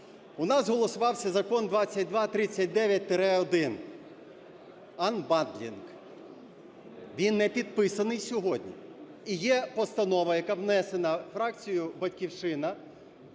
У нас голосувався Закон 2239-1, анбандлінг. Він не підписаний сьогодні. І є постанова, яка внесена фракцією "Батьківщина"